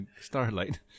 Starlight